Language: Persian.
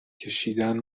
کشیدن